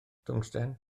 twngsten